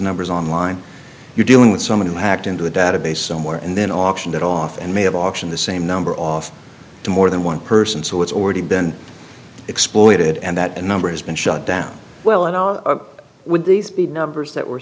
numbers online you're dealing with someone who hacked into a database somewhere and then auction it off and may have auction the same number off to more than one person so it's already been exploited and that number has been shut down well and out with these big numbers that were